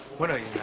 what are you